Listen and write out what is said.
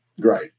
great